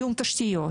תיאום תשתיות.